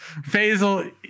Faisal